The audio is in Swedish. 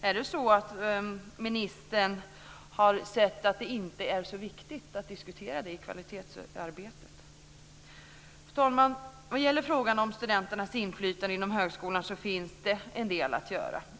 Är det så att ministern har sett att det inte är så viktigt att diskutera det i kvalitetsarbetet? Fru talman! Vad gäller frågan om studenternas inflytande inom högskolan finns det en del att göra.